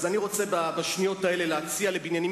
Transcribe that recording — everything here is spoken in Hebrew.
אז אני רוצה בשניות האלה להציע לבנימין